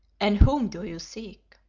and whom do you seek?